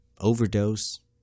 Overdose